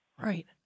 Right